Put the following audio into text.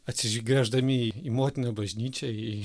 atsigręždami į motiną bažnyčią į